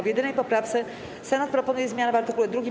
W jedynej poprawce Senat proponuje zmianę w art. 2.